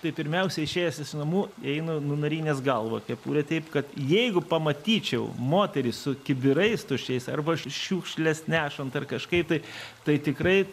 tai pirmiausia išėjęs iš namų einu nunarinęs galvą kepurę taip kad jeigu pamatyčiau moterį su kibirais tuščiais arba šiukšles nešant ar kažkaip tai tai tikrai